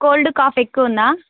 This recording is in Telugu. కోల్డు కాఫ్ ఎక్కువ ఉందా